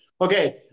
Okay